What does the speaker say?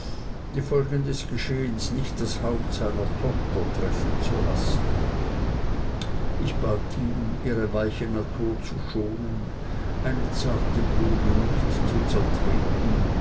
die folgen des geschehenen nicht das haupt seiner tochter treffen zu lassen ich bat ihn ihre weiche natur zu schonen eine zarte blume nicht zu zertreten